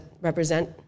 represent